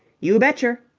you betcher,